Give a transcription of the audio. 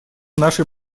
нашей